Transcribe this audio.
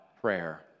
prayer